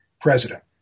president